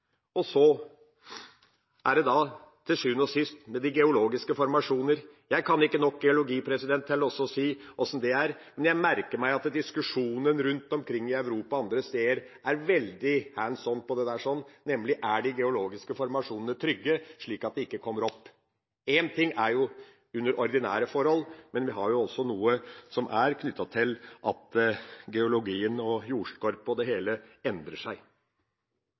Og så er det da til sjuende og sist de geologiske formasjonene. Jeg kan ikke nok geologi til å si hvordan det er, men jeg merker meg at man i diskusjonen rundt omkring i Europa og andre steder er veldig «hands on» på det, nemlig om de geologiske formasjonene er trygge, slik at det ikke kommer opp. Én ting er jo under ordinære forhold, noe annet er knyttet til at geologien og jordskorpa og det hele endrer seg.